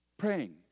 Praying